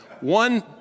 one